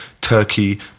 Turkey